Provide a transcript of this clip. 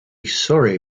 sorry